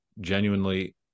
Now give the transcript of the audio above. genuinely